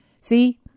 See